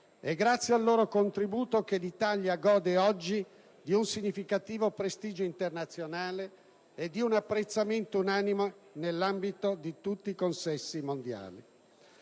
È grazie al loro contributo che l'Italia gode oggi di un significativo prestigio internazionale e di un apprezzamento unanime nell'ambito di tutti i consessi mondiali.